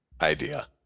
idea